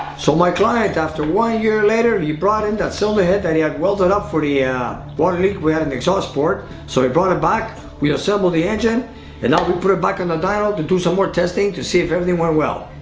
so my client after one year later he brought in that cylinder head that he had welded up for the ah water leak we had in the exhaust port so he brought it back we assembled the engine and now we put it back on the dyno to do some more testing to see if everything went well.